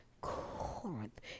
Corinth